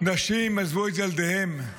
נשים עזבו את ילדיהן,